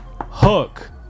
hook